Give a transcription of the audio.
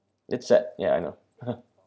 it's sad ya I know